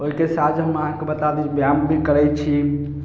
ओहिके साथ जे हम अहाँकेँ बता दी व्यायाम भी करै छी